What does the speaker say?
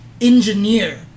engineer